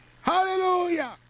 Hallelujah